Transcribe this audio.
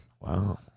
Wow